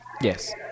Yes